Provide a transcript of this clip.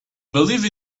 believe